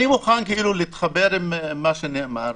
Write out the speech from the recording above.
אני מוכן להתחבר עם מה שנאמר,